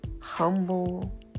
humble